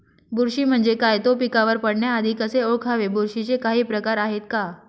बुरशी म्हणजे काय? तो पिकावर पडण्याआधी कसे ओळखावे? बुरशीचे काही प्रकार आहेत का?